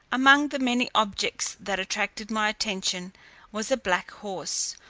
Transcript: among the many objects that attracted my attention was a black horse,